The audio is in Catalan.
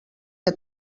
que